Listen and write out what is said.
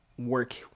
work